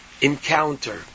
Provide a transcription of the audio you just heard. encounter